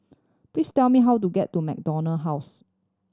please tell me how to get to MacDonald House